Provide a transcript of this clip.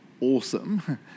awesome